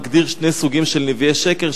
מגדיר שני סוגים של נביאי שקר,